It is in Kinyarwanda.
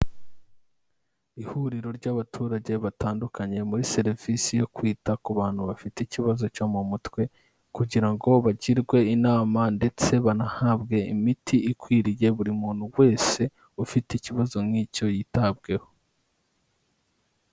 Ihuriro ry'abaturage batandukanye muri serivisi yo kwita ku bantu bafite ikibazo cyo mu mutwe kugira ngo bagirwe inama ndetse banahabwe imiti ikwiriye, buri muntu wese ufite ikibazo nk'icyo yitabweho.